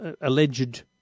alleged